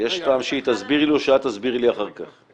יש טעם שהיא תסביר לי או שאת תסבירי לי אחר כך?